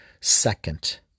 second